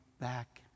back